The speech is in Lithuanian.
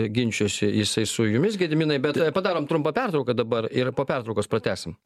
ginčijosi jisai su jumis gediminai bet padarom trumpą pertrauką dabar ir po pertraukos pratęsim